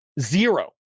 zero